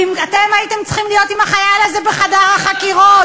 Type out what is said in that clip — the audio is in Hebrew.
אתם הייתם צריכים להיות עם החייל הזה בחדר החקירות.